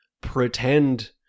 pretend